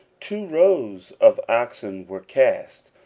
two rows of oxen were cast,